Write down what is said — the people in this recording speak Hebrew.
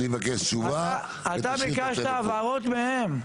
אתה ביקשת הבהרות מהם,